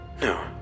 No